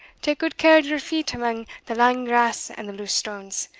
tak gude care o' your feet amang the lang grass and the loose stones.